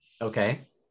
Okay